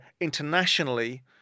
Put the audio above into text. internationally